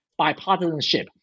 bipartisanship